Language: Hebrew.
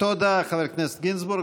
תודה, חבר הכנסת גינזבורג.